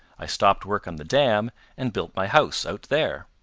i stopped work on the dam and built my house out there.